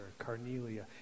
carnelia